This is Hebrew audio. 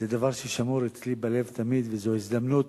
זה דבר ששמור אצלי בלב תמיד וזו הזדמנות,